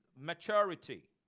maturity